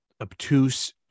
obtuse